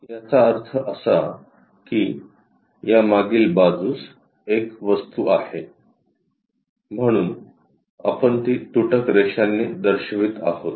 याचा अर्थ असा की या मागील बाजूस एक वस्तू आहे म्हणून आपण ती तुटक रेषांनी दर्शवित आहोत